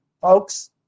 folks